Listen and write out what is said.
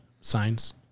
signs